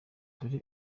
dore